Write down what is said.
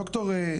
דר'